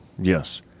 Yes